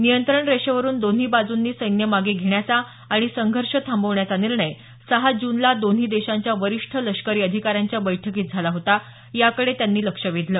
नियंत्रण रेषेवरुन दोन्ही बाजूंनी सैन्य मागे घेण्याचा आणि संघर्ष थांबवण्याचा निर्णय सहा जूनला दोन्ही देशांच्या वरीष्ठ लष्करी अधिकाऱ्यांच्या बैठकीत झाला होता याकडे त्यांनी लक्ष वेधलं